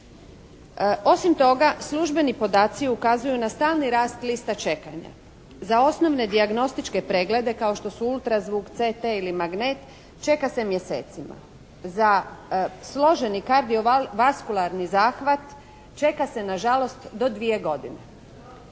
Osim toga, službeni podaci ukazuju na stalni rast lista čekanja. Za osnovne dijagnostičke preglede kao što su ultrazvuk, CT ili magnet čeka se mjesecima. Za složeni kardiovaskularni zahvat čeka se nažalost do dvije godine.